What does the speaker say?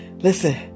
listen